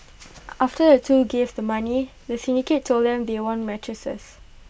after the two gave the money the syndicate told them they won mattresses